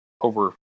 over